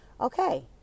okay